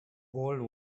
old